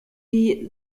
die